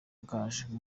gaju